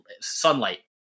sunlight